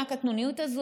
מה הקטנוניות הזו?